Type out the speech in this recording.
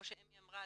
כמו שאמי אמרה,